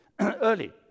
Early